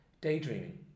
daydreaming